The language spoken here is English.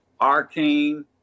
arcane